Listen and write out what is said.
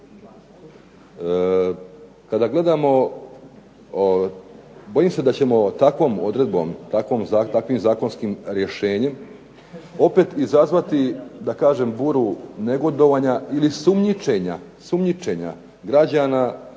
Kada gledamo bojim se da ćemo takvom odredbom, takvim zakonskim rješenjem opet izazvati da kažem buru negodovanja ili sumnjičenja građana